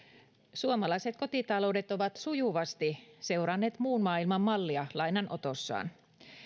suomalaiset kotitaloudet ovat sujuvasti seuranneet muun maailman mallia lainanotossaan